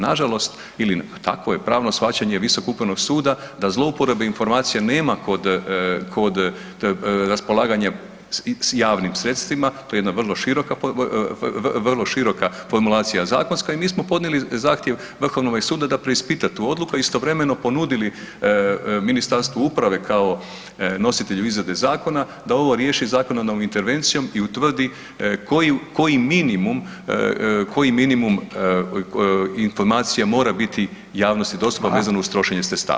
Nažalost ili, tako je pravno shvaćanje Visokog upravnog suda da zlouporabe informacije nema kod raspolaganja s javnim sredstvima, to je jedna vrlo široka formulacija zakonska i mi smo podnijeli zahtjev Vrhovnome sudu da preispita tu odluku, a istovremeno ponudili Ministarstvu uprave kao nositelju izrade zakona da ovo riješi zakonodavnom intervencijom i utvrdi koji minimum informacija mora biti javnosti dostupna vezano uz trošenje sredstava.